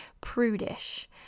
prudish